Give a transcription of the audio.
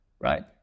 right